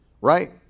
right